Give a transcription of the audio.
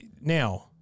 Now